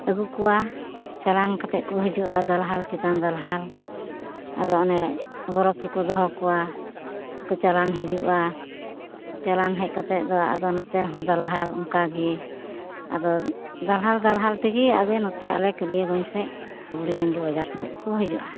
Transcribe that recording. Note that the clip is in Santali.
ᱟᱹᱜᱩ ᱠᱚᱣᱟ ᱪᱟᱞᱟᱱ ᱠᱟᱛᱮᱫ ᱠᱚ ᱦᱤᱡᱩᱜᱼᱟ ᱫᱟᱞᱦᱟᱞ ᱪᱮᱛᱟᱱ ᱫᱟᱞᱦᱟᱞ ᱟᱫᱚ ᱚᱱᱮ ᱵᱚᱨᱚᱯᱷ ᱨᱮᱠᱚ ᱫᱚᱦᱚ ᱠᱚᱣᱟ ᱠᱚ ᱪᱟᱞᱟᱱ ᱦᱤᱡᱩᱜᱼᱟ ᱪᱟᱞᱟᱱ ᱦᱮᱡ ᱠᱟᱛᱮᱫ ᱫᱚ ᱟᱫᱚ ᱱᱚᱛᱮ ᱨᱮᱦᱚᱸ ᱫᱟᱞᱦᱟᱞ ᱚᱝᱠᱟᱜᱮ ᱟᱫᱚ ᱫᱟᱞᱦᱟᱞ ᱫᱟᱞᱦᱟᱞ ᱛᱮᱜᱮ ᱟᱞᱮ ᱱᱚᱛᱮ ᱟᱞᱮ ᱠᱟᱹᱞᱤᱭᱟᱹᱜᱚᱸᱡᱽ ᱥᱮᱫ ᱵᱩᱲᱤ ᱰᱟᱺᱜᱤ ᱵᱟᱡᱟᱨ ᱥᱮᱫᱠᱚ ᱦᱤᱡᱩᱜᱼᱟ